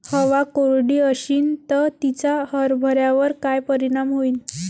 हवा कोरडी अशीन त तिचा हरभऱ्यावर काय परिणाम होईन?